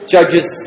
Judges